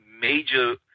major